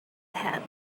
had